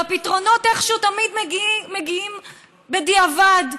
והפתרונות, איכשהו, תמיד מגיעים בדיעבד,